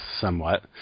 somewhat